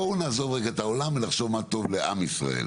בואו נעזוב רגע את העולם ונחשוב מה טוב לעם ישראל.